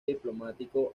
diplomático